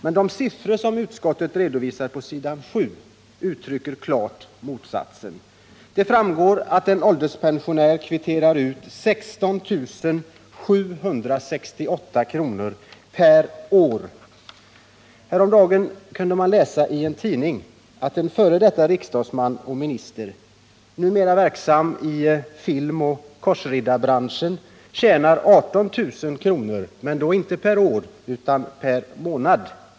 Men de siffror som utskottet redovisar på s. 7 uttrycker klart motsatsen. Det framgår att en ålderspensionär kvitterar ut 16 768 kr. per år. Häromdagen meddelade en tidning att en f. d. 'riksdagsman och minister — numera verksam i filmoch korsriddarbranschen — tjänar 18 000 kr., men då inte per år utan per månad.